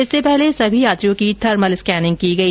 इससे पहले सभी यात्रियों की थर्मल स्कैनिंग की गई